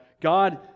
God